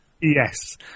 Yes